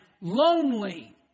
lonely